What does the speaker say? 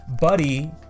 Buddy